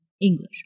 English